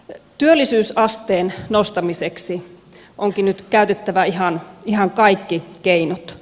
työllisyysasteen nostamiseksi onkin nyt käytettävä ihan kaikki keinot